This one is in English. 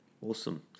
Awesome